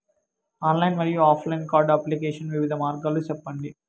Online మరియు offline card application వివిధ మార్గాలు సెప్పండి?